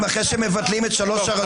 אם אחרי שמבטלים את שלוש הרשויות --- טוב,